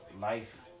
Life